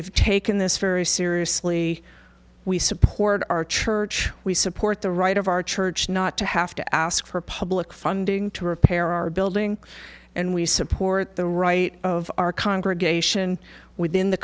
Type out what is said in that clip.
have taken this very seriously we support our church we support the right of our church not to have to ask for public funding to repair our building and we support the right of our congregation within the